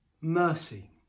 mercy